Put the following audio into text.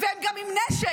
והם גם עם נשק,